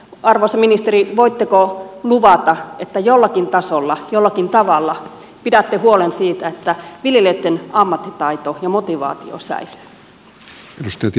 arvoisa ministeri voitteko luvata että jollakin tavalla pidätte huolen siitä että viljelijöitten ammattitaito ja motivaatio säilyvät